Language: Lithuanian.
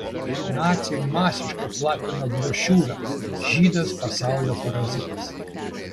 naciai masiškai platino brošiūrą žydas pasaulio parazitas